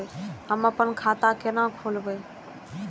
हम अपन खाता केना खोलैब?